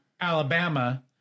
Alabama